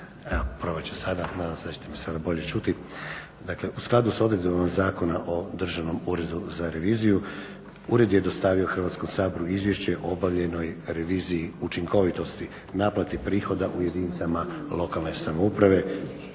poštovane zastupnice i zastupnici. U skladu s odredbama Zakona o Državnom uredu za reviziju ured je dostavio Hrvatskom saboru Izvješće o obavljenoj reviziji učinkovitosti naplati prihoda u jedinicama lokalne samouprave.